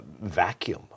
vacuum